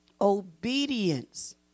Obedience